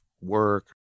work